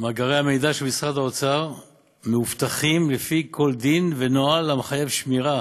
מאגרי המידע של משרד האוצר מאובטחים לפי כל דין ונוהל המחייב שמירת